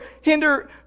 hinder